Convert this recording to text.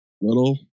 little